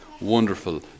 wonderful